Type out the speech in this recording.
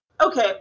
okay